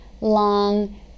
long